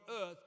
earth